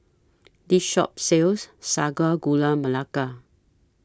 This Shop sells Sago Gula Melaka